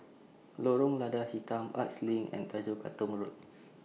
Lorong Lada Hitam Arts LINK and Tanjong Katong Road